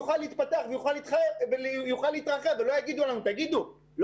יוכל להתפתח ולהתרחב ולא יגידו לנו: לא